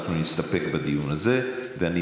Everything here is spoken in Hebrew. או שזה,